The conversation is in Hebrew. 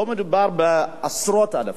לא מדובר בעשרות אלפים.